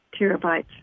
terabytes